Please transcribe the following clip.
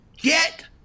get